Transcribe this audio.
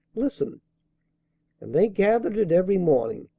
listen and they gathered it every morning,